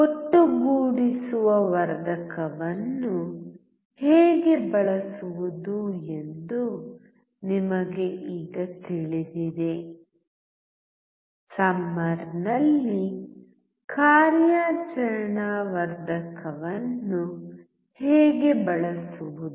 ಒಟ್ಟುಗೂಡಿಸುವ ವರ್ಧಕವನ್ನು ಹೇಗೆ ಬಳಸುವುದು ಎಂದು ನಿಮಗೆ ಈಗ ತಿಳಿದಿದೆ ಸಮ್ಮರ್ ನಲ್ಲಿ ಕಾರ್ಯಾಚರಣಾ ವರ್ಧಕವನ್ನು ಹೇಗೆ ಬಳಸುವುದು